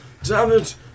Dammit